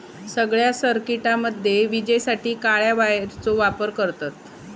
सगळ्या सर्किटामध्ये विजेसाठी काळ्या वायरचो वापर करतत